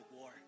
war